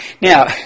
Now